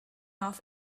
off